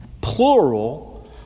plural